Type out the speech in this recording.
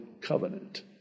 Covenant